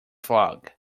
fog